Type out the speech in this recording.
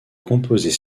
composés